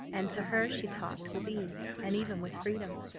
and to her she talked with ease and even with freedom.